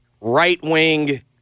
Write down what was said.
right-wing